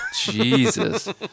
Jesus